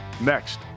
next